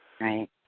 Right